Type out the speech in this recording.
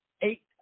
eight